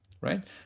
right